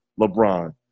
LeBron